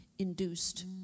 induced